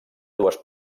dues